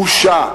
בושה!